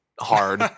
hard